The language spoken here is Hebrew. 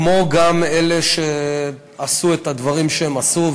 כמו גם אלה שעשו את הדברים שהם עשו,